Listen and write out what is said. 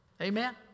Amen